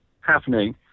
happening